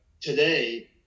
today